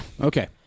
Okay